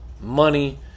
money